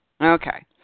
Okay